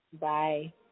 Bye